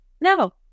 no